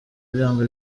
byanga